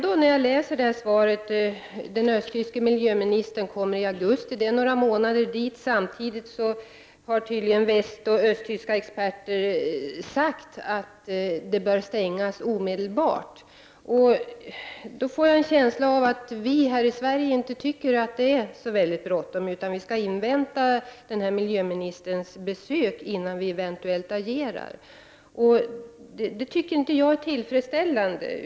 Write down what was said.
I svaret läser jag att den östtyske miljöministern kommer hit i augusti. Det är några månader dit. Samtidigt har tydligen östtyska och västtyska experter sagt att kärnkraftverket i Greifswald bör stängas omedelbart. Då får jag en känsla av att vi i Sverige inte tycker att det är så väldigt bråttom. Vi skall invänta miljöministerns besök innan vi eventuellt agerar. Det tycker jag inte är tillfredsställande.